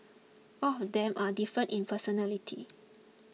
all of them are different in personality